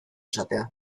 esatea